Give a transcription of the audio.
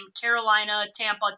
Carolina-Tampa